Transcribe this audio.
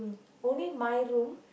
only my room